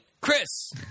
Chris